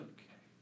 Okay